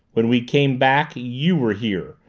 when we came back you were here.